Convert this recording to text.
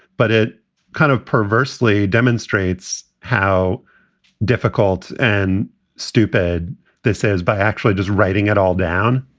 but it kind of perversely demonstrates how difficult and stupid this is by actually just writing it all down,